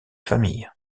familles